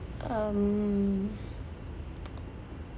um